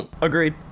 Agreed